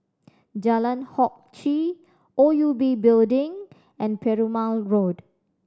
Jalan Hock Chye O U B Building and Perumal Road